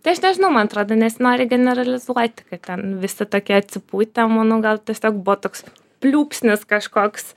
tai aš nežinau man atrodo nesinori generalizuoti kad ten visi tokie atsipūtę manau gal tiesiog buvo toks pliūpsnis kažkoks